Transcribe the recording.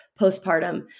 postpartum